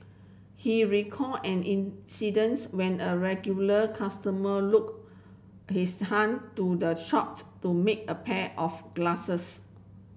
he recall an incidence when a regular customer look his hung to the shopped to make a pair of glasses